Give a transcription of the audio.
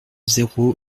zéro